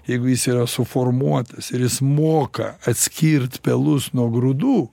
jeigu jis yra suformuotas ir jis moka atskirt pelus nuo grūdų